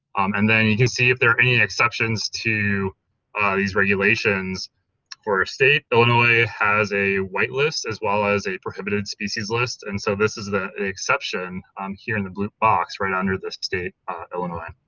and then you can see if there are any exceptions to these regulations for ah state. illinois has a whitelist as well as a prohibited species list and so this is the exception um here in the blue box right under the state illinois